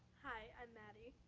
hi, i'm maddie.